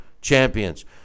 champions